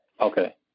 Okay